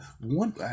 one